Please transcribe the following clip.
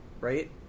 right